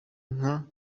nka